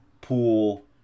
Pool